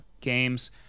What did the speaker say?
games